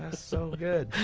so good.